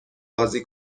بازی